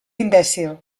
imbècil